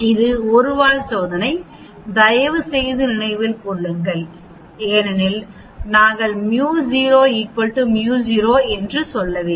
இங்கே இது 1 வால் சோதனை தயவுசெய்து நினைவில் கொள்ளுங்கள் ஏனெனில் நாங்கள் μ0 μ0 என்று சொல்லவில்லை